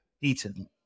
Eaten